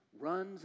Runs